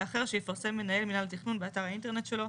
אחר שיפרסם מנהל מנהל התכנון באתר האינטרנט שלו,